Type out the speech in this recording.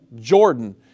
Jordan